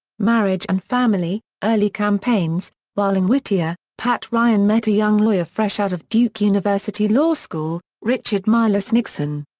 marriage and family, early campaigns while in whittier, pat ryan met a young lawyer fresh out of duke university law school, richard milhous nixon.